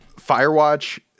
Firewatch